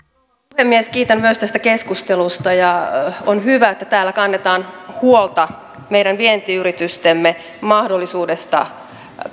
puhemies myös minä kiitän tästä keskustelusta on hyvä että täällä kannetaan huolta meidän vientiyritystemme mahdollisuudesta